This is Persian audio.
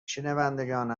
شنوندگان